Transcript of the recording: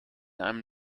einem